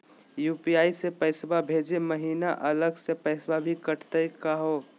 UPI स पैसवा भेजै महिना अलग स पैसवा भी कटतही का हो?